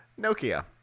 Nokia